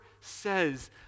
says